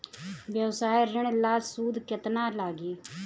व्यवसाय ऋण ला सूद केतना लागी?